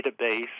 database